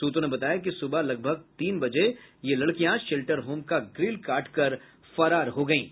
सूत्रों ने बताया कि सुबह लगभग तीन बजे ये लड़कियां शेल्टर होम का ग्रिल काट कर फरार हो गईं